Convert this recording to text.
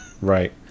right